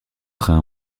train